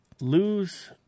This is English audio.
lose